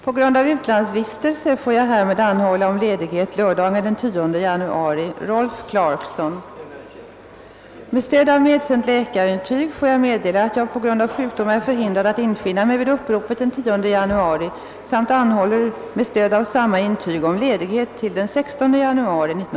På grund av utlandsvistelse får jag härmed anhålla om ledighet lördagen den 10 januari 1970. Med stöd av medsänt läkarintyg får jag meddela att jag på grund av sjukdom är förhindrad att infinna mig vid uppropet den 10 januari 1970, samt anhåller med stöd av samma intyg om ledighet till den 16 januari detta år.